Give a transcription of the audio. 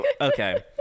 okay